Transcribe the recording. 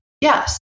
Yes